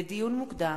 לדיון מוקדם: